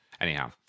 Anyhow